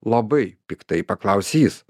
labai piktai paklausė jis